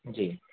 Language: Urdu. جی